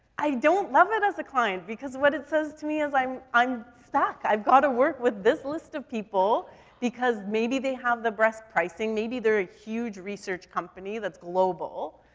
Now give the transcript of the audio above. i don't love it as a client because what it says to me is i'm, i'm stuck. i've gotta work with this list of people because maybe they have the best pricing, maybe they're a huge research company that's global.